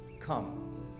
Come